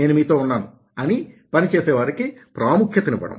నేను మీతో ఉన్నాను అని పని చేసేవారికి ప్రాముఖ్యత నివ్వడం